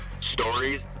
stories